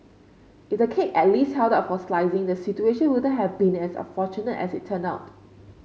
if the cake at least held up for slicing the situation wouldn't have been as unfortunate as it turned out